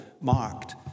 marked